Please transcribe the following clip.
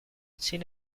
sin